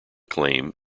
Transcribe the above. claim